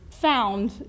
found